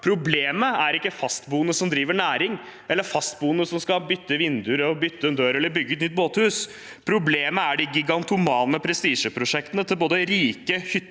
Problemet er ikke fastboende som driver næring eller fastboende som skal bytte vinduer, bytte en dør eller bygge et nytt båthus. Problemet er de gigantomane prestisjeprosjektene til både rike hyttebeboere